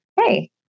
hey